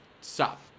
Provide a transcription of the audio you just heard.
stop